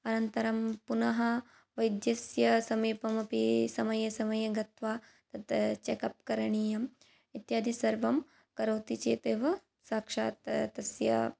अनन्तरं पुनः वैद्यस्य समीपमपि समये समये गत्वा तत् चेकप् करणीयम् इत्यादि सर्वं करोति चेत् एव साक्षात् तस्य